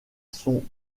son